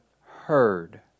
heard